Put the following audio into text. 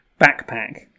Backpack